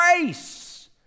grace